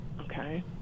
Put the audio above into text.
Okay